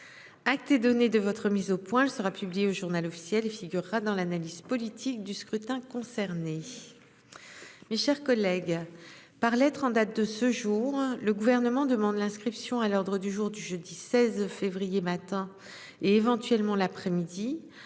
Acte est donné de votre mise au point, elle sera publiée au Journal officiel et figurera dans l'analyse politique du scrutin concernés. Mes chers collègues. Par lettre en date de ce jour, le gouvernement demande l'inscription à l'ordre du jour du jeudi 16 février matin et éventuellement l'après-midi